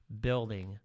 building